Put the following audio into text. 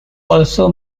also